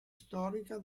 storica